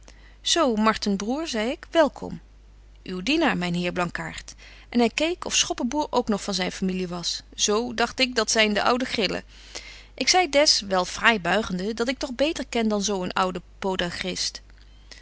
zo marten broêr zei ik welkom uw dienaar myn heer blankaart en hy keek of schoppenboêr ook nog van zyn familie was zo dagt ik dat zyn de oude grillen ik zei des wel fraai buigende dat ik toch beter ken dan zo een ouwe